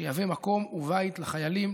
שיהווה מקום ובית לחיילים,